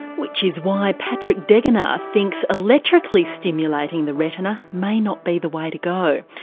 which is why patrick degenaar thinks electrically stimulating the retina may not be the way to go.